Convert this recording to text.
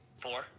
Four